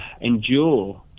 endure